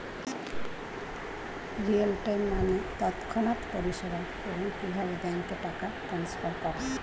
real time মানে তৎক্ষণাৎ পরিষেবা, এবং কিভাবে ব্যাংকে টাকা ট্রান্সফার করা